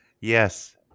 Yes